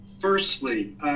Firstly